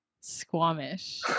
Squamish